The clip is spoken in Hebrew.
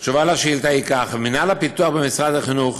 התשובה על השאילתה היא זו: מנהל הפיתוח במשרד החינוך